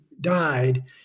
died